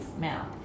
mouth